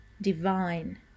divine